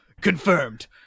Confirmed